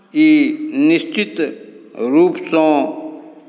ई निश्चित रूपसँ